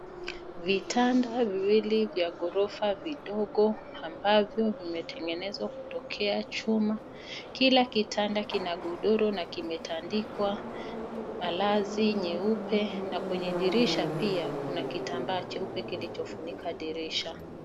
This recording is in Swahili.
Vitanda viwili vya ghorafa vidogo ambavyo vimetengenezwa kutokea chuma, kila kitanda kina godoro na kimetandikwa malazi nyeupe na kwenye dirisha pia kuna kitambaa cheupe kilichofunika dirisha.